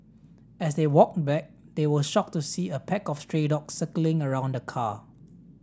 as they walked back they were shocked to see a pack of stray dogs circling around the car